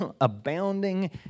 abounding